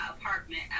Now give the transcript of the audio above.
apartment